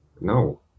No